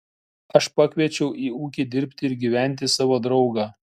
aš pakviečiau į ūkį dirbti ir gyventi savo draugą